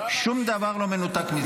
שום דבר לא מנותק מזה.